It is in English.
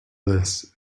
this